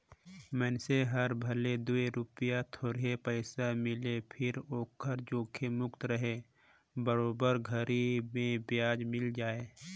मइनसे हर भले दूई रूपिया थोरहे पइसा मिले फिर ओहर जोखिम मुक्त रहें बरोबर घरी मे बियाज मिल जाय